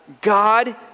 God